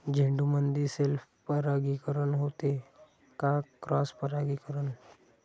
झेंडूमंदी सेल्फ परागीकरन होते का क्रॉस परागीकरन?